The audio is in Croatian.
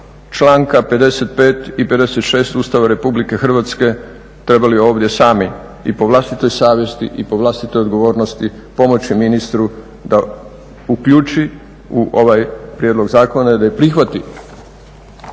članka 55. i 56. Ustava RH trebali ovdje sami i po vlastitoj savjesti i po vlastitoj odgovornosti pomoći ministru da uključi u ovaj prijedlog zakona i da prihvati